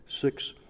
six